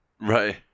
Right